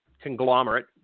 conglomerate